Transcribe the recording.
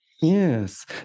Yes